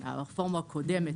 מהרפורמה הקודמת,